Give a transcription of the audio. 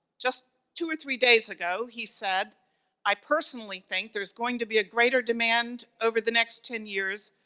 just two or three days ago, he said i personally think there's going to be a greater demand, over the next ten years,